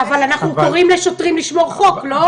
אבל אנחנו קוראים לשוטרים לשמור חוק, לא?